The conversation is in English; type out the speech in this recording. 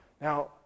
Now